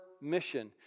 mission